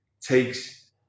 takes